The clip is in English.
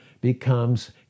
becomes